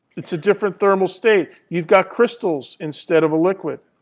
it's a different thermal state. you've got crystals instead of a liquid.